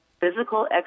physical